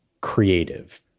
creative